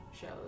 shows